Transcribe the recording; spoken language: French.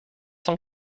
cent